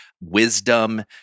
wisdom